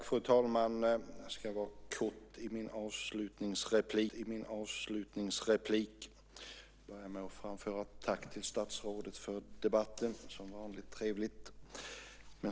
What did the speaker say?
Fru talman! Jag ska vara kortfattad i mitt sista inlägg. Jag börjar med att framföra ett tack till statsrådet för debatten. Det är som vanligt trevligt.